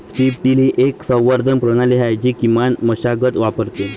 strip till ही एक संवर्धन प्रणाली आहे जी किमान मशागत वापरते